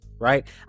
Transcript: right